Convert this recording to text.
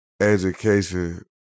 Education